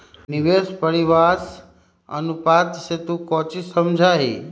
निवेश परिव्यास अनुपात से तू कौची समझा हीं?